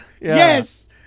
Yes